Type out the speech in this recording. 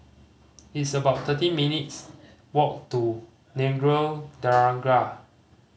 it's about thirty minutes' walk to Nagore Dargah